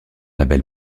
label